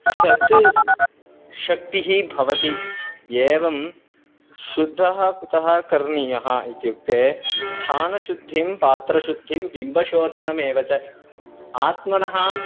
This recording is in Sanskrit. सत् शक्तिः भवति एवं शुद्धः कुतः करणीयः इत्युक्ते स्थानशुद्धिं पात्रशुद्धिं बिम्बशोधनमेव च आत्मनः